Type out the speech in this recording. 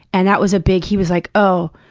and that was a big he was like, oh.